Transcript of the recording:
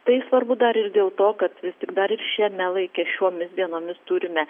tai svarbu dar ir dėl to kad vis tik dar ir šiame laike šiomis dienomis turime